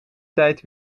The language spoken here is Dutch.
tijd